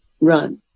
run